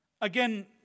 Again